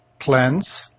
Cleanse